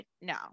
no